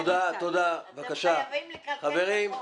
חברים בבקשה.